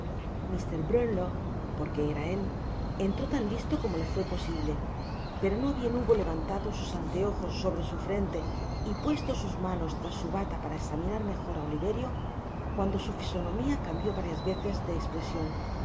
mr brownlow porque era él entró tan lisio como le fué posible peto no bien hubo levantado sus anteojos sobre su frente y puesto sus manos trás su bata para examinar mejor á oliverio cuando su fisonomia cambió varias veoes de espresion